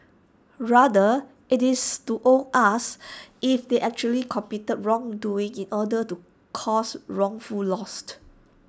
rather IT is to all us if they actually committed wrongdoing in order to cause wrongful lost